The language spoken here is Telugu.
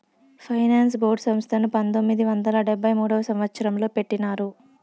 ఫైనాన్స్ బోర్డు సంస్థను పంతొమ్మిది వందల డెబ్భై మూడవ సంవచ్చరంలో పెట్టినారు